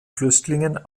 flüchtlingen